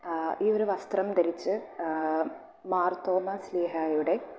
ഈ ഒരു വസ്ത്രം ധരിച്ച് മാർത്തോമാശ്ലീഹായുടെ